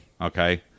Okay